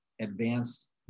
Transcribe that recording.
advanced